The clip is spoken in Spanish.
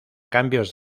cambios